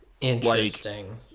Interesting